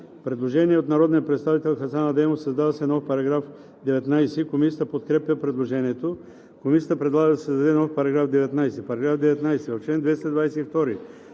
Предложение от народния представител Хасан Адемов: „Създава се нов § 19.“ Комисията подкрепя предложението. Комисията предлага да се създаде нов § 19: „§ 19. В чл. 222,